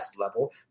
level